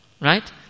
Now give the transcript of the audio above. Right